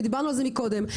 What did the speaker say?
ודיברנו על זה קודם.